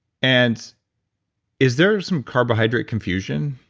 and is there some carbohydrate confusion?